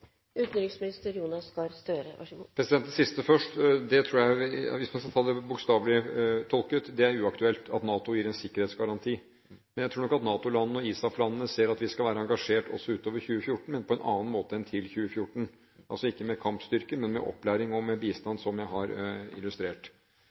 det siste først: Hvis man skal tolke det bokstavelig, er det uaktuelt at NATO gir en sikkerhetsgaranti. Men jeg tror nok at NATO-landene og ISAF-landene ser at vi skal være engasjert også utover 2014, men på en annen måte enn til 2014 – altså ikke med kampstyrker, men med opplæring og med